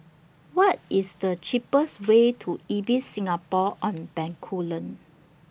What IS The cheapest Way to Ibis Singapore on Bencoolen